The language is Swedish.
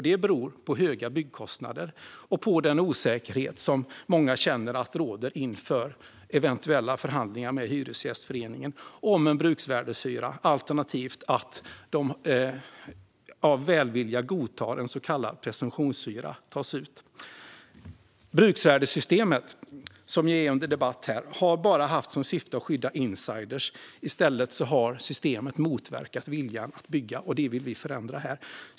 Det beror på höga byggkostnader och på den osäkerhet som många känner inför eventuella förhandlingar med Hyresgästföreningen om en bruksvärdeshyra, alternativt att de av välvilja godtar att en så kallad presumtionshyra tas ut. Bruksvärdessystemet, som ju är under debatt här, har bara haft till syfte att skydda insiders. I stället har systemet motverkat viljan att bygga, och det vill vi förändra.